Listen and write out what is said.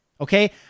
okay